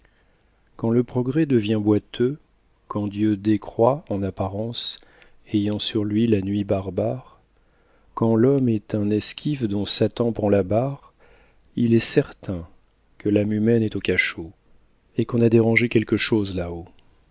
quand le progrès devient boiteux quand dieu décroît en apparence ayant sur lui la nuit barbare quand l'homme est un esquif dont satan prend la barre il est certain que l'âme humaine est au cachot et qu'on a dérangé quelque chose là-haut